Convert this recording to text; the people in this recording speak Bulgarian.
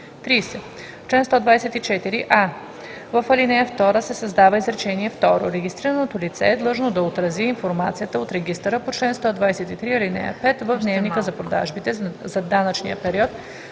30. В чл. 124: а) в ал. 2 се създава изречение второ: „Регистрираното лице е длъжно да отрази информацията от регистъра по чл. 123, ал. 5 в дневника за продажбите за данъчния период,